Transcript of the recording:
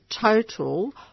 total